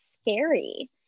scary